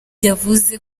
yavuze